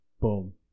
Boom